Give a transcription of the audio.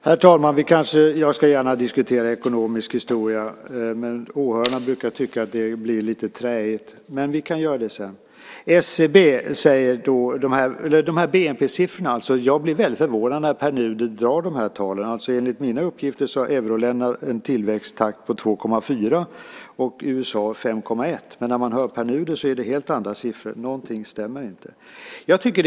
Herr talman! Jag ska gärna diskutera ekonomisk historia, men åhörarna brukar tycka att det blir träigt. Vi kan göra det sedan. Jag blir förvånad när Pär Nuder drar de här talen. Enligt mina uppgifter har euroländerna en tillväxttakt på 2,4 och USA på 5,1. Pär Nuder nämner helt andra siffror. Det är något som inte stämmer.